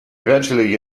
eventually